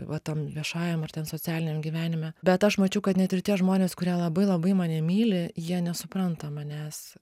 va tam viešajam ar ten socialiniam gyvenime bet aš mačiau kad net ir tie žmonės kurie labai labai mane myli jie nesupranta manęs